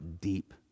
deep